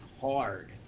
hard